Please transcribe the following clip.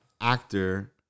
actor